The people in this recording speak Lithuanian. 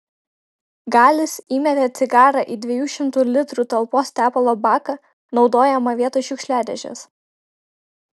galis įmetė cigarą į dviejų šimtų litrų talpos tepalo baką naudojamą vietoj šiukšliadėžės